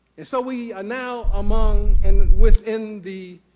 and so we are now among and within the